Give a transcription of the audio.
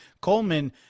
Coleman